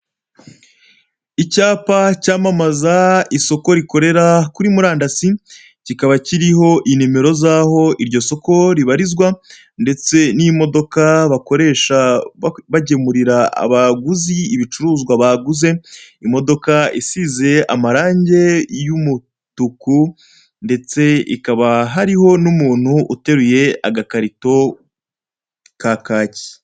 Icyapa cyamamaza isoko rikorera kuri murandasi, cyikaba kiriho: nimero z'aho iryo soko ribarizwa ndetse n'imodoka bakoresha bagemurira abaguzi ibicuruzwa baguze, imodoka isize amarangi y'umutuku ndetse hakaba hariho n'umuntu uteruye agakarito ka kacyi.